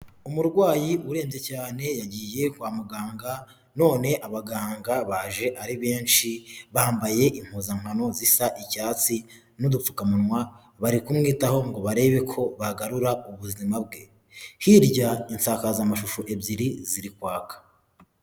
Umurwayi urembye cyane, yagiye kwa muganga none abaganga baje ari benshi, bambaye impuzankano zisa icyatsi n'udupfukamunwa, bari kumwitaho ngo barebe ko bagarura ubuzima bwe. Hirya insakazamashusho ebyiri ziri kwaka.